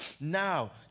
now